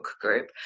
group